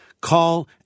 Call